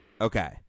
Okay